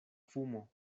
fumo